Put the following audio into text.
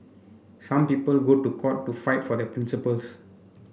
some people go to court to fight for their principles